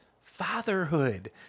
fatherhood